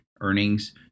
earnings